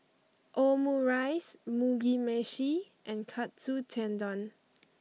Omurice Mugi Meshi and Katsu Tendon